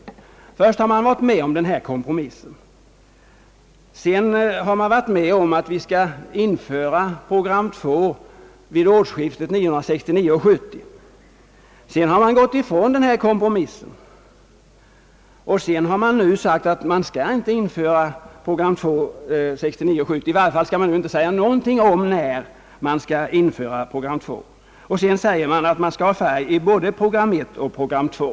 Jo, först har man varit med om kompromissen och att vi skall införa program 2 vid årsskiftet 1969 70 — man skall inte säga någonting om när program 2 bör införas. Dessutom förklarar man, att man vill ha färg i både program 1 och program 2.